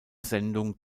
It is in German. sendung